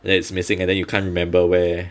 that it's missing and then you can't remember where